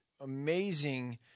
amazing